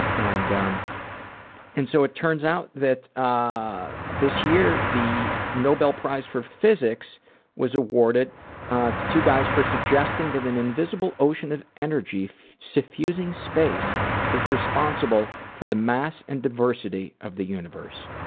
and um and so it turns out that ah this year the noble prize for physics was awarded to two guys for suggesting that an invisible ocean of energy suffusing space is responsible for the mass and diversity for the universe.